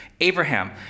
Abraham